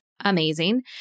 amazing